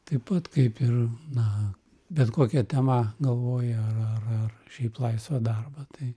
taip pat kaip ir na bet kokią temą galvoji ar ar ar šiaip laisvą darbą tai